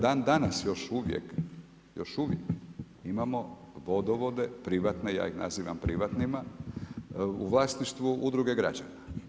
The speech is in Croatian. Dan danas još uvijek imamo vodovode privatne, ja ih nazivam privatnima u vlasništvu udruge građana.